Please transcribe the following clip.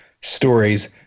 stories